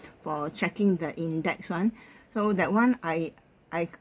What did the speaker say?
for checking the index [one] so that one I I